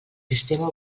sistema